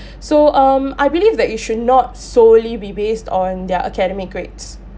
so um I believe that you should not solely be based on their academic grades